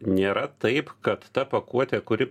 nėra taip kad ta pakuotė kuri